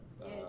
Yes